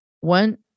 one